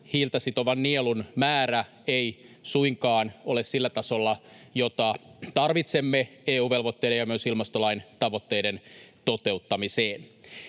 hiiltä sitovan nielun määrä ei suinkaan ole sillä tasolla, jota tarvitsemme EU-velvoitteiden ja myös ilmastolain tavoitteiden toteuttamiseen.